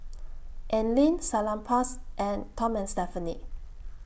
Anlene Salonpas and Tom and Stephanie